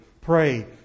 pray